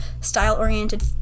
style-oriented